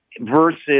versus